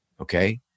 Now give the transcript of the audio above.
okay